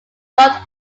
got